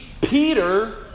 Peter